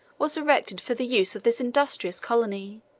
was erected for the use of this industrious colony